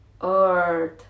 earth